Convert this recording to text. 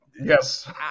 Yes